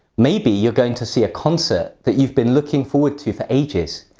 maybe you're going to see a concert that you've been looking forward to for ages,